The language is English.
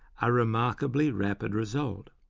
a remarkably rapid result.